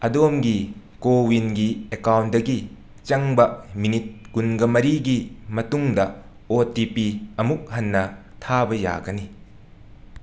ꯑꯗꯣꯝꯒꯤ ꯀꯣꯋꯤꯟꯒꯤ ꯑꯀꯥꯎꯟꯗꯒꯤ ꯆꯪꯕ ꯃꯤꯅꯤꯠ ꯀꯨꯟꯒ ꯃꯔꯤꯒꯤ ꯃꯇꯨꯡꯗ ꯑꯣ ꯇꯤ ꯄꯤ ꯑꯃꯨꯛ ꯍꯟꯅ ꯊꯥꯕ ꯌꯥꯒꯅꯤ